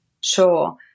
Sure